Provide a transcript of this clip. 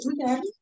Okay